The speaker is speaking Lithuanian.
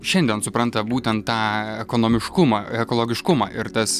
šiandien supranta būtent tą ekonomiškumą ekologiškumą ir tas